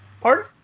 Pardon